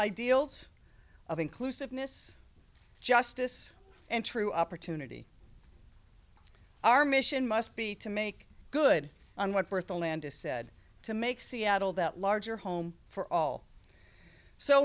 ideals of inclusiveness justice and true opportunity our mission must be to make good on what bertha landis said to make seattle the larger home for all so